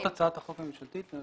זאת הצעת החוק הממשלתית.